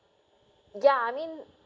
ya I mean